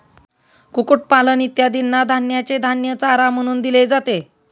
कुक्कुटपालन इत्यादींना धान्याचे धान्य चारा म्हणून दिले जाते